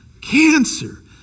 cancer